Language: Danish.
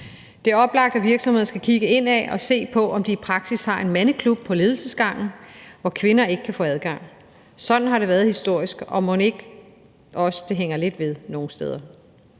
Det er oplagt, at virksomhederne skal kigge indad og se på, om de i praksis har en mandeklub på ledelsesgangen, hvor kvinder ikke kan få adgang. Sådan har det været historisk, og mon ikke også det hænger lidt ved